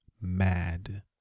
mad